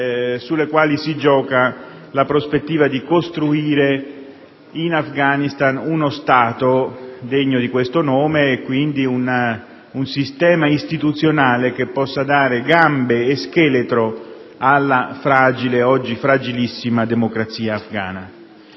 su cui si gioca la prospettiva di costruire in Afghanistan uno Stato degno di questo nome e dunque un sistema istituzionale che possa dare gambe e scheletro alla fragile, oggi fragilissima, democrazia afghana.